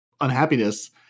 unhappiness